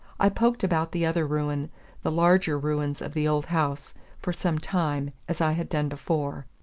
i poked about the other ruin the larger ruins of the old house for some time, as i had done before.